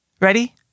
Ready